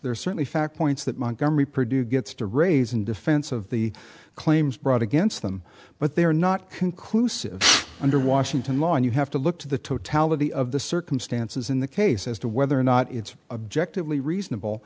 they're certainly fact points that montgomery produced gets to raise in defense of the claims brought against them but they are not conclusive under washington law and you have to look to the totality of the circumstances in the case as to whether or not it's objective only reasonable